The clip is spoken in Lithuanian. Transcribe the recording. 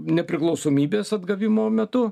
nepriklausomybės atgavimo metu